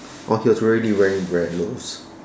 or he was really wearing bread loaves